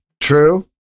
true